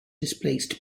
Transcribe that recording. displaced